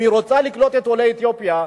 אם היא רוצה לקלוט את עולי אתיופיה,